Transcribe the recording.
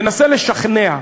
תנסה לשכנע.